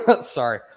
sorry